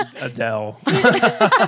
Adele